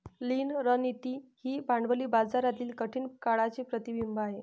लीन रणनीती ही भांडवली बाजारातील कठीण काळाचे प्रतिबिंब आहे